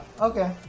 Okay